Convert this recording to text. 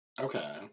Okay